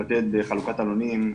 בבתים.